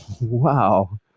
Wow